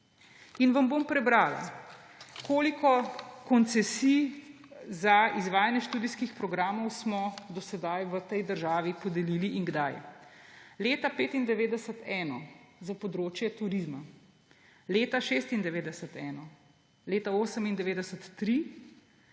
Vam bom prebrala, koliko koncesij za izvajanje študijskih programov smo do sedaj v tej državi podelili in kdaj. Leta 1995 – eno, za področje turizma, leta 1996 – eno, leta 1998